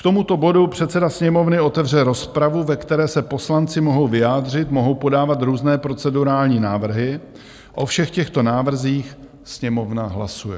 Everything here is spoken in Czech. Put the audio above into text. K tomuto bodu předseda Sněmovny otevře rozpravu, ve které se poslanci mohou vyjádřit, mohou podávat různé procedurální návrhy, o všech těchto návrzích Sněmovna hlasuje.